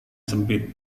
sempit